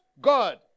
God